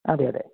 അതെയതെ